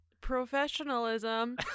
Professionalism